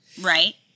Right